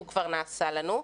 הוא כבר נעשה לנו.